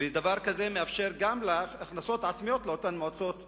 ודבר כזה מאפשר גם הכנסות עצמיות לאותן מועצות אזוריות.